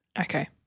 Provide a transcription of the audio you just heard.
Okay